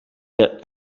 that